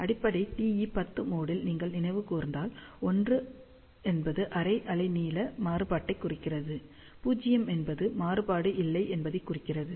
அடிப்படை TE10 mode ல் நீங்கள் நினைவு கூர்ந்தால் 1 என்பது அரை அலை நீள மாறுபாட்டைக் குறிக்கிறது 0 என்பது மாறுபாடு இல்லை என்பதைக் குறிக்கிறது